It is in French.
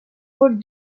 rôles